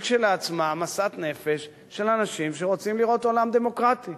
היא כשלעצמה משאת נפש של אנשים שרוצים לראות עולם דמוקרטי.